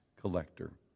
collector